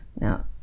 Now